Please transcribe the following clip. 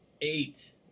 eight